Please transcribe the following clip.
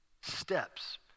steps